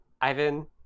Ivan